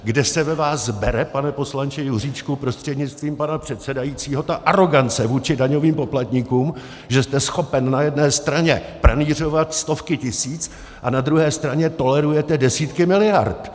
Kde se ve vás bere, pane poslanče Juříčku prostřednictvím pana předsedajícího, ta arogance vůči daňovým poplatníkům, že jste schopen na jedné straně pranýřovat stovky tisíc a na druhé straně tolerujete desítky miliard?!